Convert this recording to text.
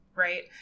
Right